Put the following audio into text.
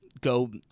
go